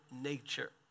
nature